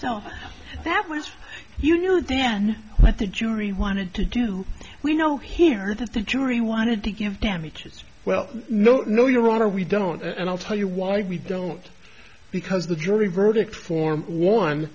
all that was you know then let the jury wanted to do we know here that the jury wanted to give damages well no no your honor we don't and i'll tell you why we don't because the jury verdict form one